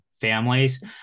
families